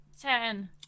Ten